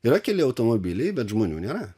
yra keli automobiliai bet žmonių nėra